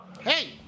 Hey